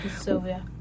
Sylvia